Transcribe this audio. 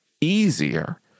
easier